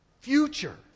future